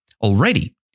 already